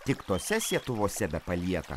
tik tose sietuvose bepalieka